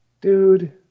Dude